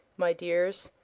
my dears,